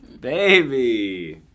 Baby